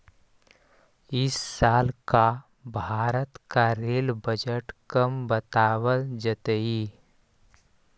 इस साल का भारत का रेल बजट कब बतावाल जतई